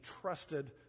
trusted